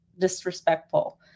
disrespectful